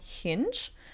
Hinge